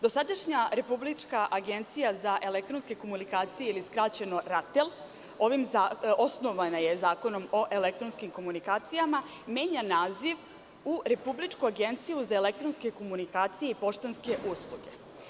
Dosadašnja Republička agencija za elektronske komunikacije ili skraćeno RATEL osnovana je Zakonom o elektronskim komunikacijama, menja naziv u Republičku agenciju za elektronske komunikacije i poštanske usluge.